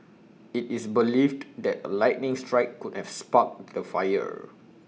IT is believed that A lightning strike could have sparked the fire